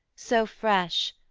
so fresh,